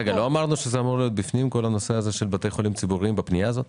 לא אמרנו שכל הנושא של בתי חולים ציבוריים צריך להיות בתוך הפנייה הזאת?